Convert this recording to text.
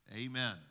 Amen